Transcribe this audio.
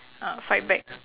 uh fight back